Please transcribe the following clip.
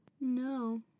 No